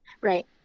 Right